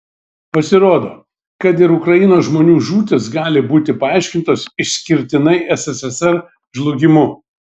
pasirodo kad ir ukrainos žmonių žūtys gali būti paaiškintos išskirtinai sssr žlugimu